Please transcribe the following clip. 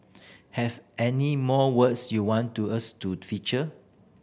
have any more words you want to us to feature